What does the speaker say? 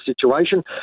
situation